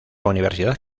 universidad